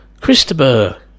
Christopher